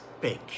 big